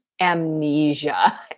amnesia